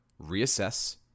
reassess